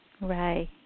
Right